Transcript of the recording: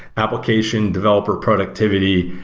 application developer productivity,